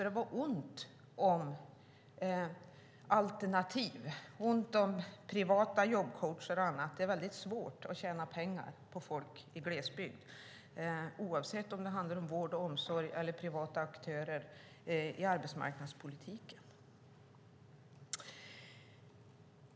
Det var ont om alternativ, ont om privata jobbcoacher och annat. Det är svårt att tjäna pengar på folk i glesbygd oavsett om det handlar om vård och omsorg eller om det handlar om privata aktörer.